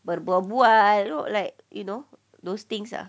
berbual-bual know like you know those things ah